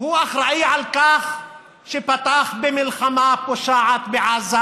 הוא האחראי לכך שפתח במלחמה פושעת בעזה